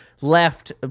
left